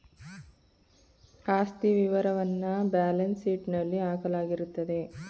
ಆಸ್ತಿ ವಿವರವನ್ನ ಬ್ಯಾಲೆನ್ಸ್ ಶೀಟ್ನಲ್ಲಿ ಹಾಕಲಾಗಿರುತ್ತದೆ